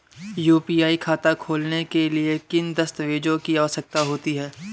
UPI खाता खोलने के लिए किन दस्तावेज़ों की आवश्यकता होती है?